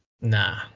Nah